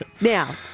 Now